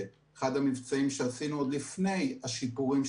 שאחד המבצעים שעשינו עוד לפני השיפורים,